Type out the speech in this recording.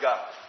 God